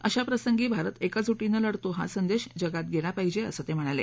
अशा प्रसंगी भारत एकजुटीनं लढतो हा संदेश जगात गेला पाहिजे असं ते म्हणाले